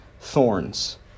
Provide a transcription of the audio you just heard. thorns